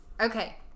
okay